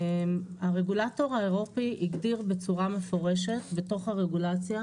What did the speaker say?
הרגולטור האירופי הגדיר בצורה מפורשת בתוך הרגולציה